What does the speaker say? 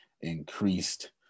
increased